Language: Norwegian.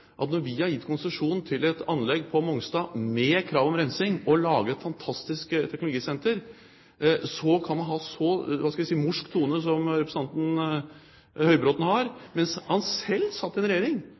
at når vi har gitt konsesjon til et anlegg på Mongstad med krav om rensing og lager et fantastisk teknologisenter, har man – hva skal jeg si – en så morsk tone som representanten Høybråten har,